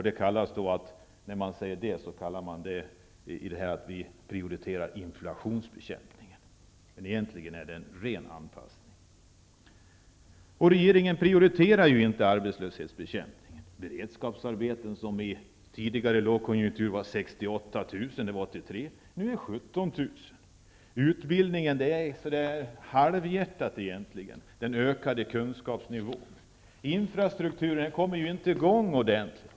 Det kallas att man prioriterar inflationsbekämpning, men egentligen är det en ren anpassning. Regeringen prioriterar inte bekämpningen av arbetslösheten. I tidigare lågkonjunktur 1983 var antalet beredskapsarbeten 68 000, och nu är antalet 17 000. Satsningen på utbildning och ökad kunskapsnivå är egentligen halvhjärtad. Infrastruktursatsningarna kommer inte i gång ordentligt.